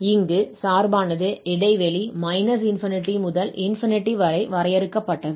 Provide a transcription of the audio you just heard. இங்கு சார்பானது இடைவெளி ∞ முதல் வரை வரையறுக்கப்பட்டது